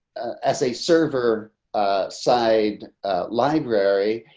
as a server side library,